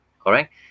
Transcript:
correct